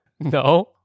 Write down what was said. No